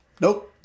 Nope